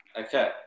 Okay